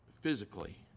physically